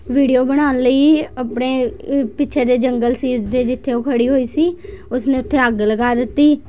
video ਬਣਾਉਣ ਲਈ ਆਪਣੇ ਅ ਪਿੱਛੇ ਦੇ ਜੰਗਲ ਸਿਰ ਦੇ ਜਿੱਥੇ ਓਹ ਖੜ੍ਹੀ ਹੋਈ ਸੀ ਉਸ ਨੇ ਉੱਥੇ ਅੱਗ ਲਗਾ ਦਿੱਤੀ